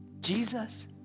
Jesus